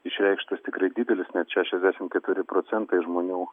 išreikštas tikrai didelis net šešiasdešimt keturi procentai žmonių